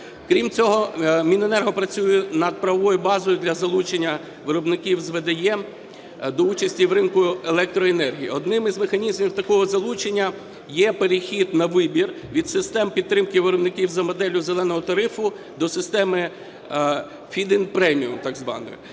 Крім цього, Міненерго працює над правовою базою для залучення виробників з ВДЕ до участі в ринку електроенергії. Одним із механізмів такого залучення є перехід на вибір від систем підтримки виробників за моделлю "зеленого" тарифу до системи feed-in-premium так званої.